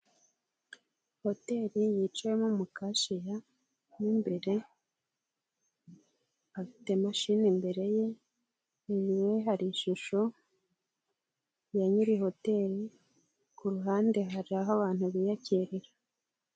Hoteli yicayemo umukashiya mo imbere afite imashini imbere ye, inyuma ye hari ishusho ya nyiri hoteli ku ruhande hari aho abantu biyakirira.